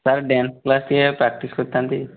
sir dance class ଟିକେ practice କରିଥାନ୍ତି